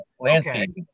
landscaping